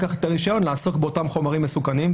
כך את הרישיון לעסוק באותם חומרים מסוכנים,